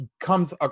comes